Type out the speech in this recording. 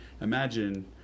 imagine